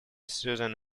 susan